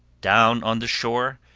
down on the shore,